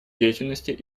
деятельности